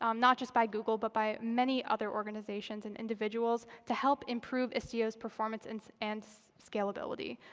um not just by google, but by many other organizations and individuals to help improve istio's performance and so and so scalability.